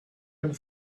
and